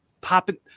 popping